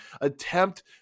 attempt